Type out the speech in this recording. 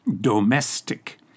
Domestic